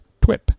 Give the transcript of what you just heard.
TWIP